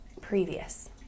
previous